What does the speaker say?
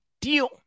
deal